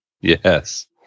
Yes